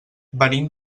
venim